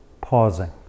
pausing